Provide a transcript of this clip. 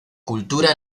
cultura